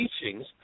teachings